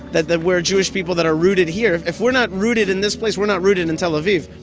that that we're a jewish people that are rooted here. if if we're not rooted in this place we're not rooted in and tel aviv